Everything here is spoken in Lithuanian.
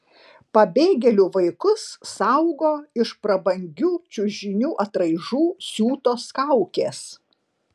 pabėgėlių vaikus saugo iš prabangių čiužinių atraižų siūtos kaukės